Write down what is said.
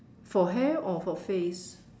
for hair or for face